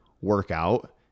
workout